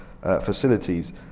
facilities